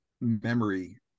memory